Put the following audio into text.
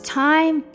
time